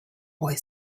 boy